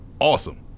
awesome